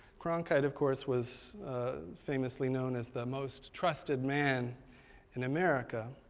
cronkite of course was famously known as the most trusted man in america.